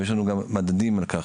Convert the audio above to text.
ויש לנו גם מדדים על כך,